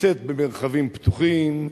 נמצאת במרחבים פתוחים,